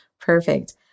perfect